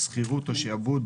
שכירות או שעבוד,